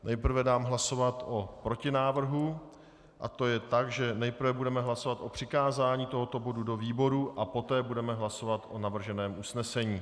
Nejprve dám hlasovat o protinávrhu a to je, že nejprve budeme hlasovat o přikázání tohoto bodu do výboru a poté budeme hlasovat o navrženém usnesení.